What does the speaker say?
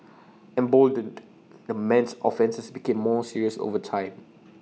emboldened the man's offences became more serious over time